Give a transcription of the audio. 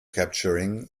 capturing